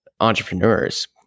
entrepreneurs